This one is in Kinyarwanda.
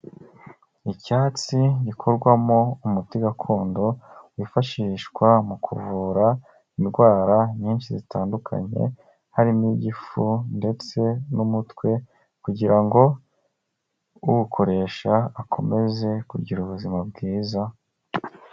Icyatsi gikorwamo umuti gakondo, wifashishwa mu kuvura indwara nyinshi zitandukanye, harimo igifu, ndetse n'umutwe, kugira ngo uwukoresha, akomeze kugira ubuzima bwiza.